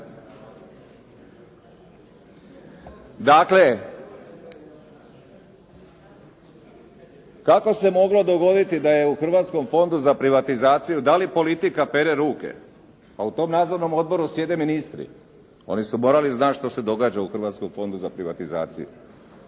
Dakle, kako se moglo dogoditi da je u Hrvatskom fondu za privatizaciju, dali politika pere ruke, a u tom nadzornom odboru sjede ministri, oni su morali znati što se događa u Hrvatskom fondu za privatizaciju.